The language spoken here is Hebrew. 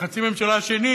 וחצי הממשלה השני